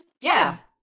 Yes